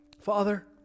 Father